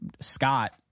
Scott